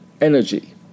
Energy